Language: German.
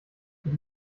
ich